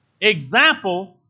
example